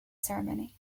ceremony